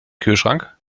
kühlschrank